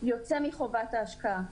יוצא מחובת ההשקעה.